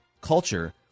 culture